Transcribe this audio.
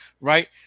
Right